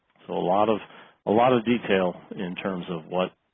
so a lot of a lot of detail in terms of what